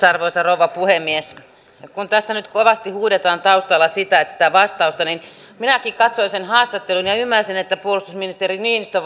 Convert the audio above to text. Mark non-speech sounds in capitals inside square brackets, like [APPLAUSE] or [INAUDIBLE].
[UNINTELLIGIBLE] arvoisa rouva puhemies kun tässä nyt kovasti huudetaan taustalla vastausta niin minäkin katsoin sen haastattelun ja ja ymmärsin että puolustusministeri niinistö [UNINTELLIGIBLE]